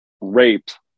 raped